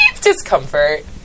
discomfort